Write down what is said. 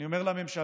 אני אומר לממשלה,